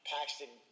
Paxton